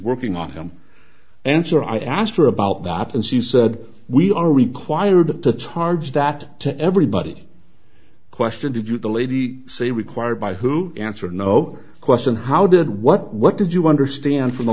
working on him answer i asked her about that and she said we are required to charge that to everybody question to the lady say required by who answer no question how did what what did you understand from the